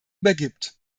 übergibt